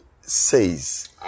says